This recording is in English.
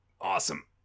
awesome